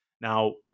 Now